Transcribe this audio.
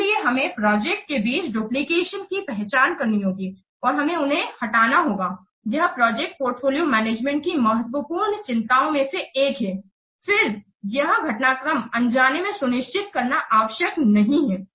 इसलिए हमें प्रोजेक्ट के बीच डुप्लीकेशन की पहचान करनी होगी और हमें उन्हें हटाना होगा यह प्रोजेक्ट पोर्टफोलियो मैनेजमेंट की महत्वपूर्ण चिंताओं में से एक है फिर यह घटनाक्रम अनजाने में सुनिश्चित करना आवश्यक नहीं है